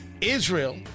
Israel